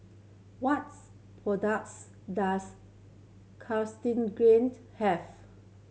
what's products does Cartigained have